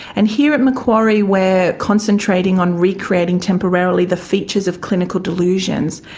and here at macquarie we're concentrating on recreating temporarily the features of clinical delusions.